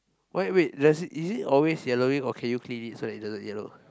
why wait does it is it always yellowing or can you clean it so it doesn't yellow